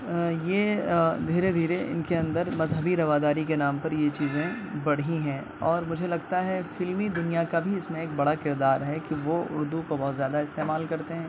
یہ دھیرے دھیرے ان کے اندر مذہبی رواداری کے نام پر یہ چیزیں بڑھی ہیں اور مجھے لگتا ہے فلمی دنیا کا بھی اس میں ایک بڑا کردار ہے کہ وہ اردو کو بہت زیادہ استعمال کرتے ہیں